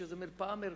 יש איזו מרפאה מרכזית.